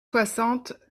soixante